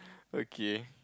okay